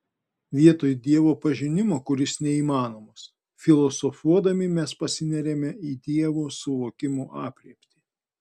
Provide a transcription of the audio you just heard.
vietoj dievo pažinimo kuris neįmanomas filosofuodami mes pasineriame į dievo suvokimo aprėptį